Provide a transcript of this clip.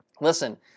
Listen